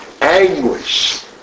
Anguish